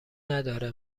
نداره